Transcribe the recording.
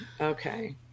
okay